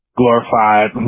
glorified